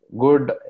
good